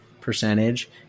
percentage